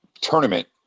tournament